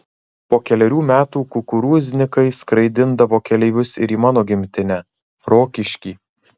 po kelerių metų kukurūznikai skraidindavo keleivius ir į mano gimtinę rokiškį